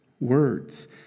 words